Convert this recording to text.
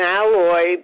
alloy